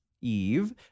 Eve